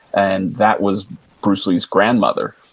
and that was bruce lee's grandmother.